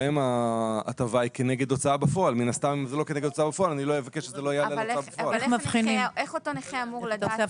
ואם לא יודעים לעשות את